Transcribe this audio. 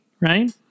right